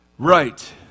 Right